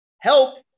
help